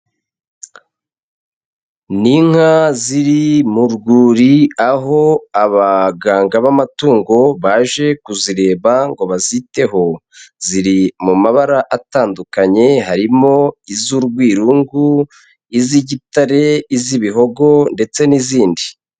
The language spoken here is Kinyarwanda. Ni inka ziri mu rwuri aho abaganga b'amatungo baje kuzireba ngo baziteho, ziri mu mabara atandukanye harimo iz'urwirungu, iz'igitare iz'ibihogo ndetse n'izindi.